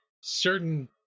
certain